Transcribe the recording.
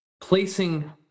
placing